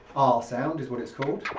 ahh sound is what it's called.